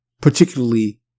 particularly